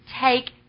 take